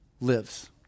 lives